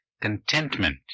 contentment